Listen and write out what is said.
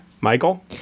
Michael